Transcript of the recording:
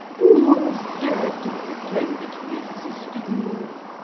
who has dared to pretend that he assisted me?